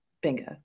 Bingo